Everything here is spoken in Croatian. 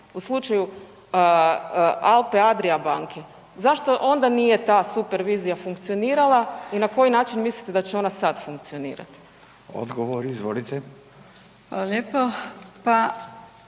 u slučaju Alpe Adria banke? Zašto onda nije ta supervizija funkcionirala i na koji način mislite da će ona sad funkcionirati? **Radin, Furio (Nezavisni)**